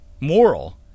moral